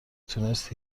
تونست